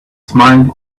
smiled